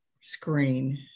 screen